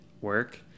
work